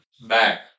back